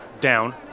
down